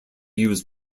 used